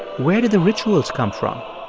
where did the rituals come from?